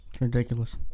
Ridiculous